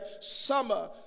summer